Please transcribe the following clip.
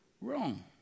wrong